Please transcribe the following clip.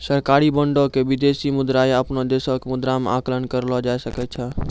सरकारी बांडो के विदेशी मुद्रा या अपनो देशो के मुद्रा मे आंकलन करलो जाय सकै छै